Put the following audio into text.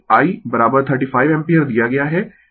I 35 ampere दिया गया है